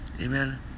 Amen